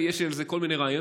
יש לי על זה כל מיני רעיונות,